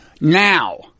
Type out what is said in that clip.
now